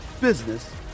business